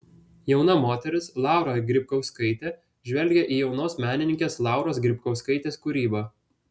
jauna moteris laura grybkauskaitė žvelgia į jaunos menininkės lauros grybkauskaitės kūrybą